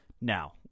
Now